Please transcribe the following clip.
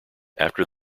after